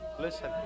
Listen